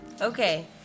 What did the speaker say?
Okay